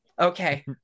Okay